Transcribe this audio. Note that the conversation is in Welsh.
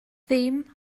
ddim